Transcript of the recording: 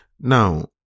now